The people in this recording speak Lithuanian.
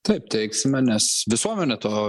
taip teiksime nes visuomenė to